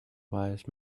wise